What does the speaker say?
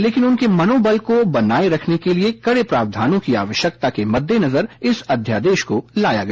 लेकिन उनके मनोबल को बनाये रखने के लिए कड़े प्रावधानों की आवश्यकता के मदेनजर इस अध्यादेश को लाया गया